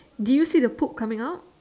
did you see the poop coming out